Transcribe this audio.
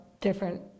different